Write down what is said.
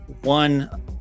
one